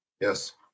Yes